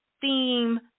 theme